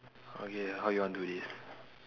okay how you want do this